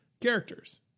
characters